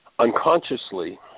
unconsciously